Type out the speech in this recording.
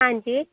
ਹਾਂਜੀ